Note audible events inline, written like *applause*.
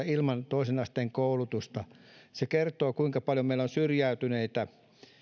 *unintelligible* ilman toisen asteen koulutusta se kertoo kuinka paljon meillä on syrjäytyneitä